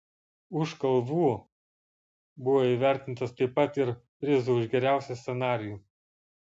už kalvų buvo įvertintas taip pat ir prizu už geriausią scenarijų